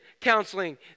counseling